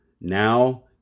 now